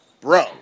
bro